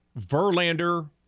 Verlander